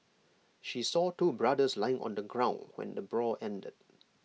she saw two brothers lying on the ground when the brawl ended